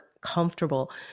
comfortable